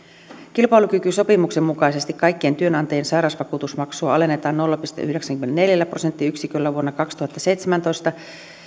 kilpailukykysopimuksen mukaisesti kaikkien työnantajien sairausvakuutusmaksua alennetaan nolla pilkku yhdeksälläkymmenelläneljällä prosenttiyksiköllä vuonna kaksituhattaseitsemäntoista